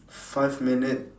five minute